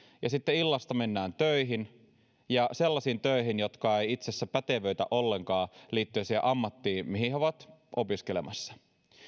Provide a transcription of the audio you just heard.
ja sitten illasta menevät töihin ja sellaisiin töihin jotka eivät itse asiassa pätevöitä ollenkaan siihen ammattiin mihin he ovat opiskelemassa